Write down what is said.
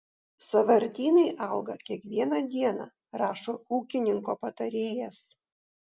sąvartynai auga kiekvieną dieną rašo ūkininko patarėjas